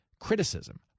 criticism